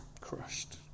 crushed